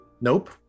Nope